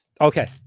okay